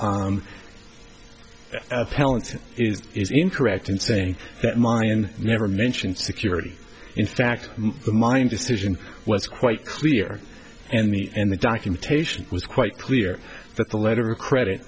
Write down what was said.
pellets is incorrect in saying that mine never mentioned security in fact mine decision was quite clear and me and the documentation was quite clear that the letter of credit